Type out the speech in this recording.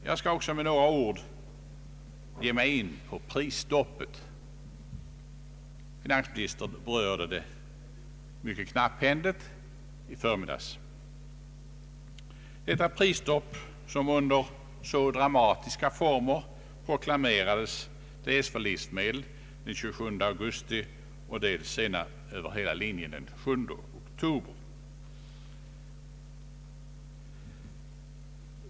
Jag skall också med några ord gå in på prisstoppet. Finansministern berörde det mycket knapphändigt i förmiddags — detta prisstopp som under så dramatiska former proklamerades först på livsmedel den 27 augusti och sedan över hela linjen den 7 oktober.